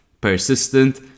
persistent